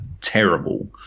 terrible